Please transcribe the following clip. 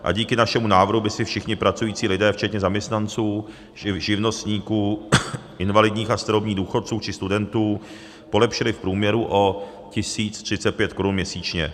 A díky našemu návrhu by si všichni pracující lidé včetně zaměstnanců, živnostníků, invalidních a starobních důchodců či studentů polepšili v průměru o 1 035 korun měsíčně.